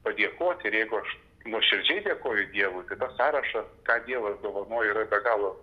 padėkoti ir jeigu aš nuoširdžiai dėkoju dievui tai tą sąrašą ką dievas dovanoja yra be galo